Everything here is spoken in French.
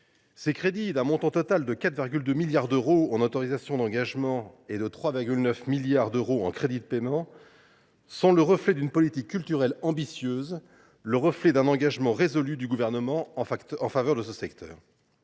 ces crédits, d’un montant total de 4,2 milliards d’euros en autorisations d’engagement et de 3,9 milliards d’euros en crédits de paiement, sont le reflet d’une politique culturelle ambitieuse, le reflet d’un engagement résolu du Gouvernement en faveur de ce secteur.